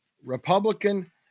Republican